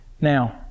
Now